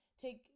take